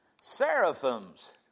seraphims